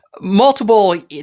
Multiple